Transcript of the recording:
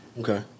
Okay